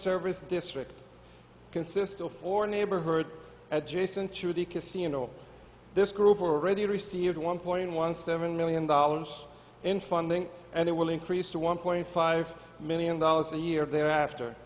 service district consistent for neighborhood at jason to the casino this group already received one point one seven million dollars in funding and it will increase to one point five million dollars a year thereafter